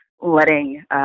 letting